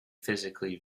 physically